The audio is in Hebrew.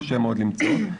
קשה מאוד למצוא אותו.